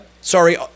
Sorry